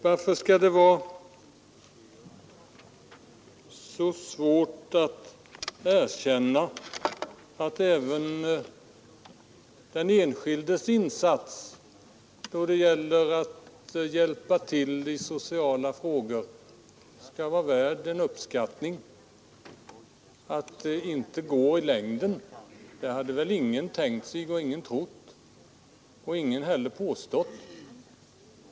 Varför skall det vara så svårt att erkänna att även den enskildes insats då det gäller att hjälpa till i sociala frågor är värd uppskattning? Att dessa insatser inte skulle räcka till i längden hade väl ingen tänkt sig eller trott och ingen heller påstått.